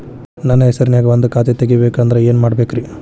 ನನ್ನ ಹೆಸರನ್ಯಾಗ ಒಂದು ಖಾತೆ ತೆಗಿಬೇಕ ಅಂದ್ರ ಏನ್ ಮಾಡಬೇಕ್ರಿ?